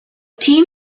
team